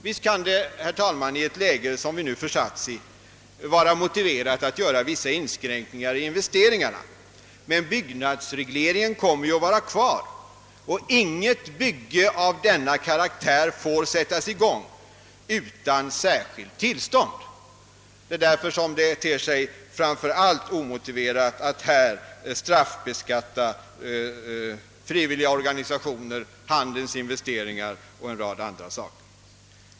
Visst kan det, herr talman, i ett läge som vi nu försatts i, vara motiverat att göra vissa inskränkningar i investeringarna, men byggnadsregleringen kommer ändå att vara kvar och inget bygge av denna karaktär får sättas i gång utan särskilt tillstånd. Det är därför som det framför allt ter sig omotiverat att här straffbeskatta frivilliga organisationers och handelns investeringar och en rad andra ting.